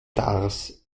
darß